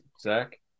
Zach